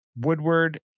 Woodward